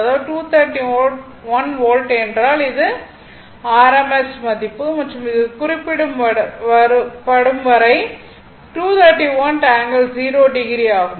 அதாவது 231 வோல்ட் என்றால் அது RMS மதிப்பு மற்றும் அது குறிப்பிடப்படும் வரை 231 ∠0o ஆகும்